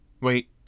Wait